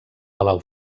palau